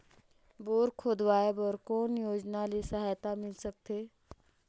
Bore खोदवाय बर कौन योजना ले सहायता मिल सकथे?